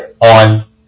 on